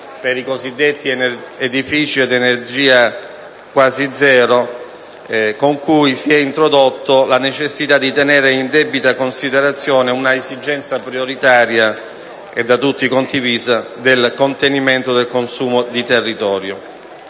per i cosiddetti edifici ad energia quasi zero, introducendo la necessità di tenere in debita considerazione l'esigenza prioritaria, da tutti condivisa, del contenimento del consumo di territorio.